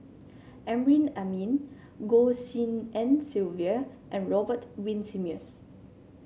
Amrin Amin Goh Tshin En Sylvia and Robert Winsemius